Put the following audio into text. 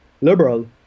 liberal